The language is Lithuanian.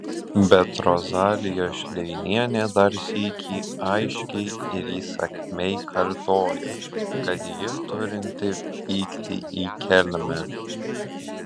bet rozalija šleinienė dar sykį aiškiai ir įsakmiai kartoja kad ji turinti vykti į kelmę